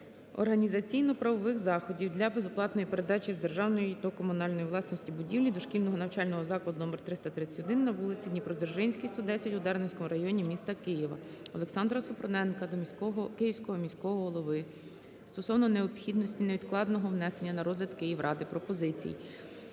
організаційно-правових заходів для безоплатної передачі з державної до комунальної власності будівлі дошкільного навчального закладу №331 на вулиці Дніпродзержинській, 110 у Дарницькому районі міста Києва. Олександра Супруненка до Київського міського голови стосовно необхідності невідкладного внесення на розгляд Київради пропозицій